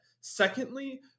secondly